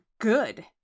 good